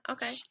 Okay